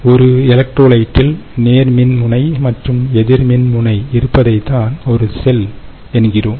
ஒரு எலக்ட்ரோலைட்டில் நேர்மின்முனை மற்றும் எதிர்மின்முனை இருப்பதை தான் ஒரு செல் என்கிறோம்